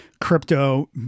crypto –